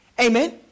Amen